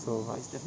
so much